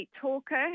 talker